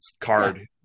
card